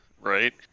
right